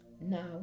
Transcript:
now